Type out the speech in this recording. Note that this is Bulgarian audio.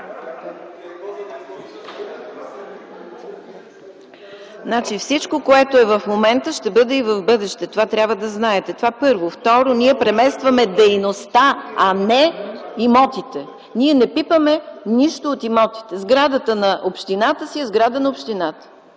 Всичко, което е в момента, ще бъде и в бъдеще. Това трябва да знаете. Първо. Второ, ние преместваме дейността, а не имотите. Ние не пипаме нищо от имотите. Сградата на общината си е сграда на общината.